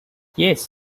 yes